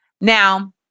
Now